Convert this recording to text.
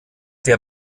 der